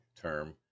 term